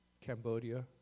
Cambodia